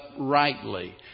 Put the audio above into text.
uprightly